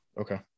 Okay